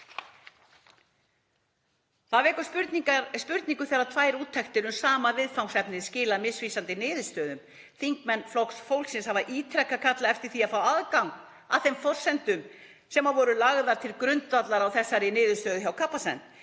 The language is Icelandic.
Það vekur spurningar þegar tvær úttektir um sama viðfangsefnið skila misvísandi niðurstöðum. Þingmenn Flokks fólksins hafa ítrekað kallað eftir því að fá aðgang að þeim forsendum sem voru lagðar til grundvallar þessari niðurstöðu hjá Capacent